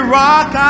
rock